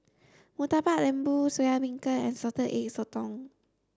Murtabak Lembu Soya Beancurd and salted egg sotong